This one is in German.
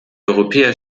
europäer